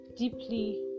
deeply